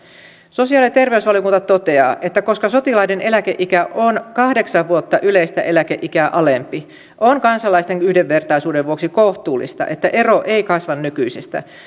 sosiaali ja terveysvaliokunta toteaa että koska sotilaiden eläkeikä on kahdeksan vuotta yleistä eläkeikää alempi on kansalaisten yhdenvertaisuuden vuoksi kohtuullista että ero ei kasva nykyisestä